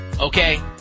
Okay